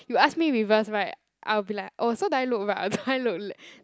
you ask me reverse right I will be like oh so do I look right or do I look left